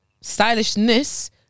stylishness